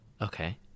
Okay